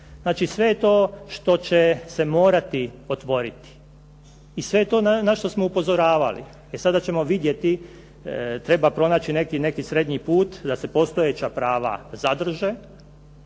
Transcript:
Znači, sve je to što će se morati otvoriti i sve je to na što smo upozoravali. E sada ćemo vidjeti, treba pronaći neki srednji put da se postojeća prava zadrže,